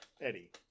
Eddie